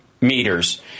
meters